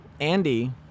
Andy